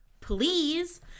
Please